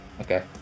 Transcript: okay